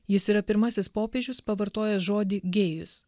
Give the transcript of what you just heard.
jis yra pirmasis popiežius pavartojęs žodį gėjus